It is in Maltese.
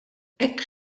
hekk